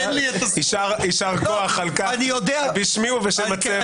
יישר כוח על כך בשמי ובשם הצוות.